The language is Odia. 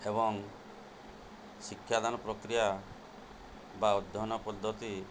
ଏବଂ ଶିକ୍ଷାଦାନ ପ୍ରକ୍ରିୟା ବା ଅଧ୍ୟୟନ ପଦ୍ଧତି